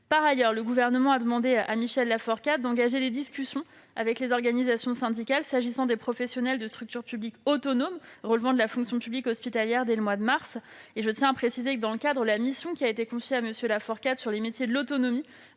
Par ailleurs, le Gouvernement a demandé à Michel Laforcade d'engager des discussions avec les organisations syndicales s'agissant des professionnels des structures publiques autonomes relevant de la fonction publique hospitalière dès le mois de mars. Je tiens à préciser que, dans le cadre de la mission confiée à Michel Laforcade, sur les métiers de l'autonomie,